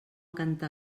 canta